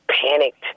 panicked